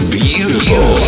beautiful